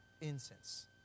incense